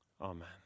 Amen